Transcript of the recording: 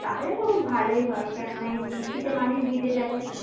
তাহলে তো খুব ভালোই হয় কেননা এই বৃষ্টিতে মানুষ ভিজে যাবে